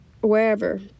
wherever